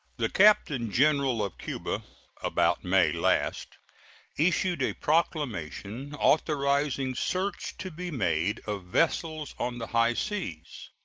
the captain-general of cuba about may last issued a proclamation authorizing search to be made of vessels on the high seas.